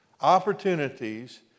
Opportunities